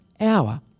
hour